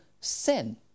sin